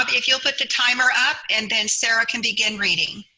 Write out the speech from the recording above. if you'll put the timer up. and then sara can begin reading,